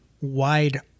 wide